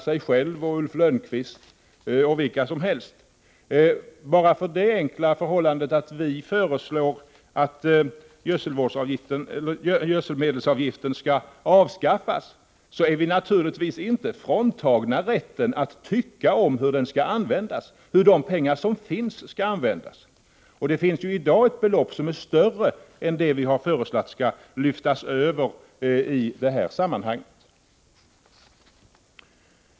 Man kan ställa sig frågan om han menar att det enkla faktum att vi föreslår att gödselmedelsavgiften skall avskaffas gör att vi är fråntagna rätten att ha åsikter om hur de avgiftsmedel som finns skall användas. Där finns ju i dag ett belopp som är större än det som enligt vårt förslag skall överföras.